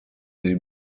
dei